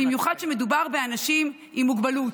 במיוחד כשמדובר באנשים עם מוגבלות,